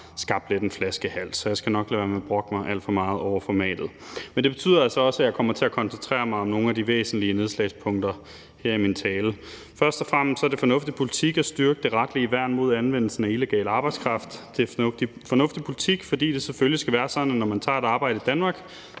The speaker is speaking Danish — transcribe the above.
skabt lidt en flaskehals. Så jeg skal nok lade være med at brokke mig alt for meget over formatet. Men det betyder så også, at jeg kommer til at koncentrere mig om nogle af de væsentlige nedslagspunkter her i min tale. Først og fremmest er det fornuftig politik at styrke det retlige værn mod anvendelsen af illegal arbejdskraft. Det er fornuftig politik, fordi det selvfølgelig skal være sådan, at når man tager et arbejde i Danmark,